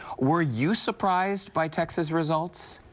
were you surprised by tex's results?